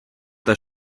das